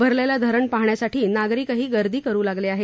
भरलेलं धऱण पाहण्यासाठी नागरिकही गर्दी करू लागले आहेत